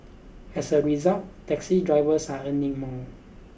as a result taxi drivers are earning more